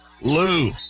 Lou